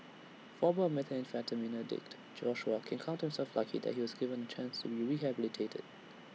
former methamphetamine addict Joshua can count himself lucky that he was given A chance to be rehabilitated